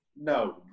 No